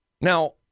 Now